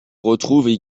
retrouvent